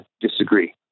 disagree